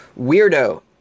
weirdo